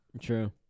True